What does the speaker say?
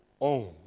own